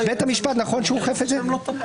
בית המשפט אוכף את זה או לא אוכף את זה?